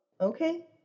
Okay